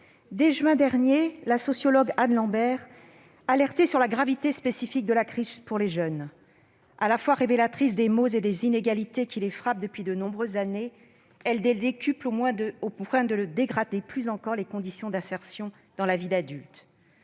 de juin dernier, la sociologue Anne Lambert alertait sur la gravité spécifique de la crise pour les jeunes. À la fois révélatrice des maux et des inégalités qui les frappent depuis de nombreuses années, elle a pour effet de les décupler, au point de dégrader plus encore les conditions d'insertion dans la vie adulte.